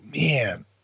man